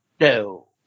No